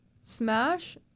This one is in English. Smash